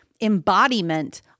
embodiment